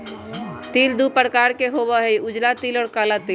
तिल दु प्रकार के होबा हई उजला तिल और काला तिल